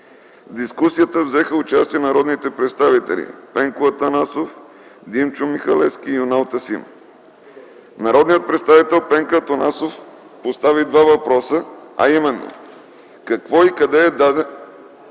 дискусията взеха участие народните представители Пенко Атанасов, Димчо Михалевски и Юнал Тасим. Народният представител Пенко Атанасов постави два въпроса, а именно: какво и къде е дадено